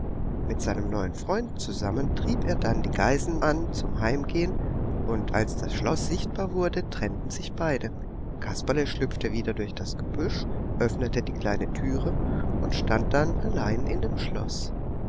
mit seinem neuen freund zusammen trieb er dann die geißen an zum heimgehen und als das schloß sichtbar wurde trennten sich beide kasperle schlüpfte wieder durch das gebüsch öffnete die kleine türe und stand dann allein in dem schloß